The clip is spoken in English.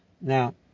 Now